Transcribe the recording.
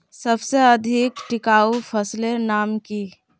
सबसे अधिक टिकाऊ फसलेर नाम की?